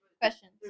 Questions